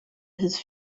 his